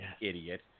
idiot